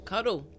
Cuddle